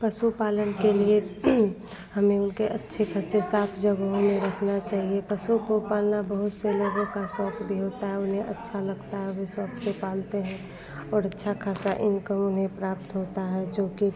पशुपालन के लिए हमें उनके अच्छे फस से साफ जगहों में रखना चाहिए पशु को पालना बहुत से लोगों का शौक़ भी होता है उन्हें अच्छा लगता है वह शौक़ से पालते हैं और अच्छा ख़ासा इनकम उन्हें प्राप्त होता है जोकी